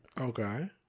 Okay